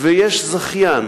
ויש זכיין,